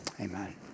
Amen